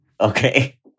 Okay